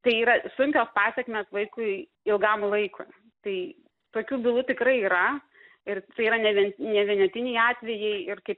tai yra sunkios pasekmės vaikui ilgam laikui tai tokių bylų tikrai yra ir tai yra ne vien ne vienetiniai atvejai ir kaip